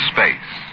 Space